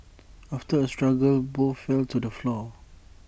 after A struggle both fell to the floor